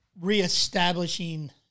reestablishing